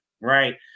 right